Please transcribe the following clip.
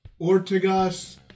Ortigas